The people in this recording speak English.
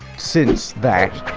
since that,